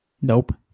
Nope